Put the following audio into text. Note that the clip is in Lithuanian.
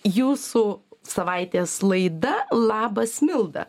jūsų savaitės laida labas milda